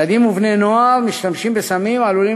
ילדים ובני-נוער המשתמשים בסמים עלולים